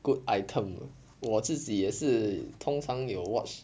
good item 我自己也是通常有 watch